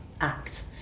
act